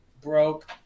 broke